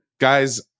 Guys